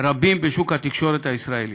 רבים בשוק התקשורת הישראלי.